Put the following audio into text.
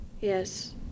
Yes